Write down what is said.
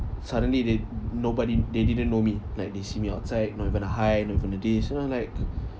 suddenly they nobody they didn't know me like they see me outside not even a hi not even a this like